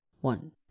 one